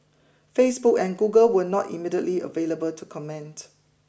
Facebook and Google were not immediately available to comment